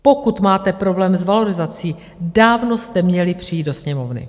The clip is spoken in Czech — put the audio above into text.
Pokud máte problém s valorizací, dávno jste měli přijít do Sněmovny.